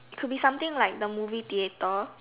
it could be something like the movie theater